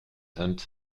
hunt